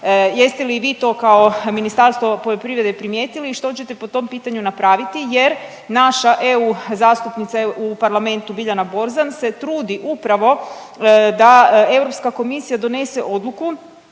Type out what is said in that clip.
jeste li i vi to kao Ministarstvo poljoprivrede primijetili i što ćete po tom pitanju napraviti jer naša EU zastupnica u parlamentu Biljana Borzan se trudi upravo da Europska komisija donese odluku